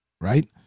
right